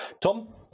Tom